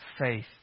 faith